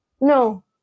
no